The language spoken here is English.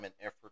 effort